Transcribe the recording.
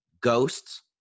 ghosts